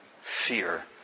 fear